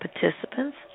participants